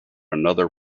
another